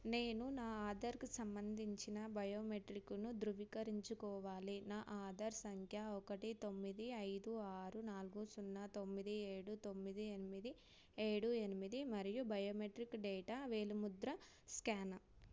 నేను నా ఆధార్కు సంబంధించిన బయోమెట్రిక్ను ధృవీకరించుకోవాలి నా ఆధార సంఖ్య ఒకటి తొమ్మిది ఐదు ఆరు నాలుగు సున్నా తొమ్మిది ఏడు తొమ్మిది ఎనిమిది ఏడు ఎనిమిది మరియు బయోమెట్రిక్ డేటా వేలిముద్ర స్క్యాన్